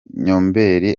nyombeli